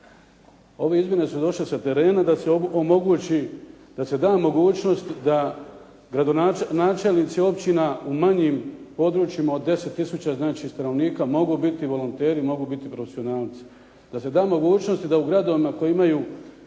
Ove izmjene su došle sa terena da se omogući, da se da mogućnost da načelnici općina u manjim područjima od 10 tisuća znači stanovnika, mogu biti volonteri, mogu biti profesionalci. Da se da mogućnost i da u gradovima koji imaju